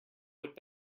would